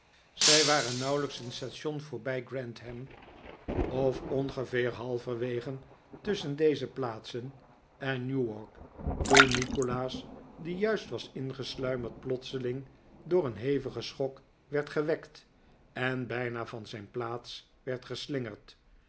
zij waren nauwelijks een station voorbij grantham of ongeveer halverwege tusschen deze plaats en newark toen nikolaas die juist was ingesluimerd plotseling door een hevigen schok werd gewekt en bijna van zijn plaats werd geslingerd